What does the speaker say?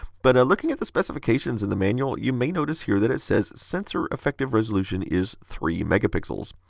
but looking at the specifications in the manual, you may notice here that it says sensor effective resolution is three megapixels,